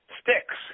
Sticks